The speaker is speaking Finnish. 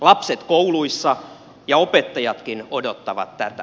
lapset kouluissa ja opettajatkin odottavat tätä